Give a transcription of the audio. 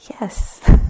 Yes